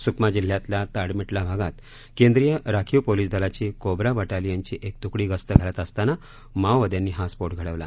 सुकमा जिल्ह्यातल्या ताडमेटला भागात केंद्रीय राखीव पोलिस दलाची कोब्रा बटालियनची एक तुकडी गस्त घालत असताना माओवाद्यांनी हा स्फोट घडवला